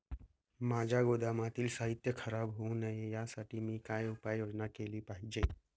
माझ्या गोदामातील साहित्य खराब होऊ नये यासाठी मी काय उपाय योजना केली पाहिजे?